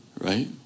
right